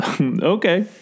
Okay